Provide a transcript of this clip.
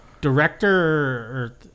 director